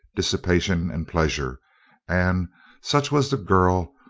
dissipation, and pleasure and such was the girl,